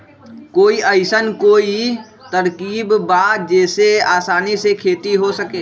कोई अइसन कोई तरकीब बा जेसे आसानी से खेती हो सके?